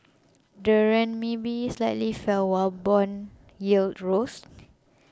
the Renminbi slightly fell while bond yields rose